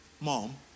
mom